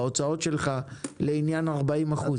בהוצאות שלך לעניין 40%?